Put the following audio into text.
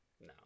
no